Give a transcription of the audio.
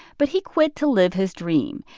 but he quit to live his dream.